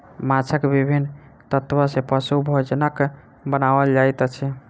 माँछक विभिन्न तत्व सॅ पशु भोजनक बनाओल जाइत अछि